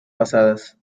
pasadas